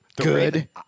Good